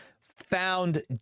found